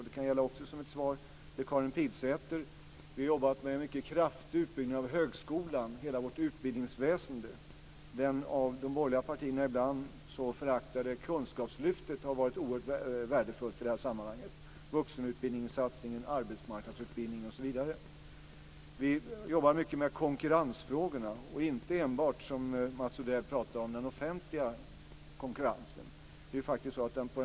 Det kan också gälla som ett svar till Karin Pilsäter. Vi har jobbat med en mycket kraftig uppbyggnad av högskolan och hela vårt utbildningsväsende. Det av de borgerliga partierna ibland så föraktade Kunskapslyftet har varit oerhört värdefullt i det här sammanhanget. Det gäller också satsningen på vuxenutbildningen, arbetsmarknadsutbildningen osv. Vi jobbar mycket med konkurrensfrågorna, och inte enbart den offentliga konkurrensen som Mats Odell pratar om.